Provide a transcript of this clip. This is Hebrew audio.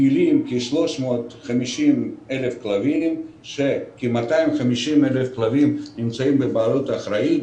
פעילים כ-350,000 כלבים שכ-250,000 כלבים נמצאים בבעלות אחראית,